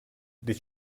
did